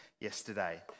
yesterday